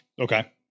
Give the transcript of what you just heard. Okay